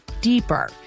deeper